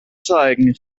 zeigen